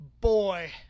Boy